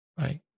right